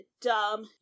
dumb